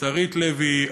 שרית לוי,